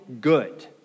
good